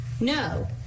No